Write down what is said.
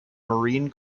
marine